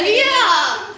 ya